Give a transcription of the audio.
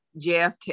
JFK